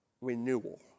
renewal